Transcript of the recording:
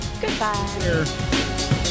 Goodbye